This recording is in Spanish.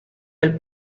del